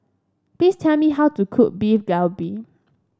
please tell me how to cook Beef Galbi